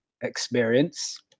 Experience